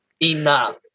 Enough